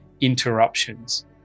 interruptions